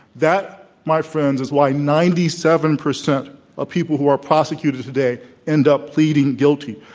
that, my friends, is why ninety seven percent of people who are prosecuted today end up pleading guilty.